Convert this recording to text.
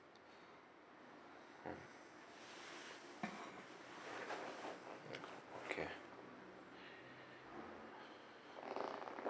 okay